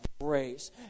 grace